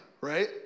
right